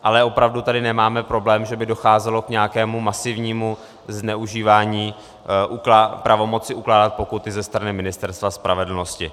Ale opravdu tady nemáme problém, že by docházelo k nějakému masivnímu zneužívání pravomoci ukládat pokuty ze strany Ministerstva spravedlnosti.